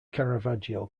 caravaggio